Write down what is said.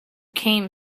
came